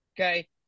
Okay